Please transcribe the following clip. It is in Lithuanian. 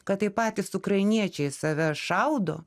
kad tai patys ukrainiečiai save šaudo